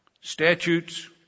statutes